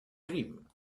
cream